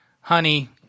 honey